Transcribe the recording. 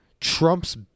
Trump's